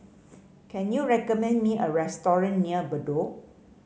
can you recommend me a restaurant near Bedok